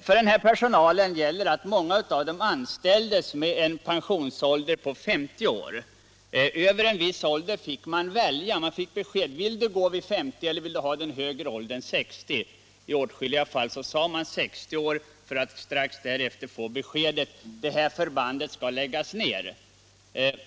För denna personal gäller att många anställdes med en pensionsålder på 50 år. Sedermera fick alla över en viss ålder välja om de ville gå vid 50 eller vid den högre åldern 60. I åtskilliga fall valde man 60, för att strax därefter få beskedet att förbandet skulle läggas ned.